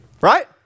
right